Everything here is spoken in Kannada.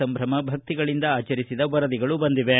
ಸಂಭ್ರಮ ಭಕ್ತಿಗಳಿಂದ ಆಚರಿಸಿದ ವರದಿಗಳು ಬಂದಿವೆ